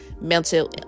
mental